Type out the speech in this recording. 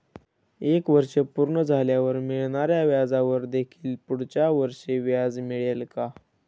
एक वर्ष पूर्ण झाल्यावर मिळणाऱ्या व्याजावर देखील पुढच्या वर्षी व्याज मिळेल का?